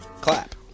Clap